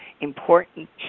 important